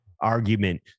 argument